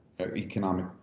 economic